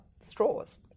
straws